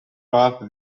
parte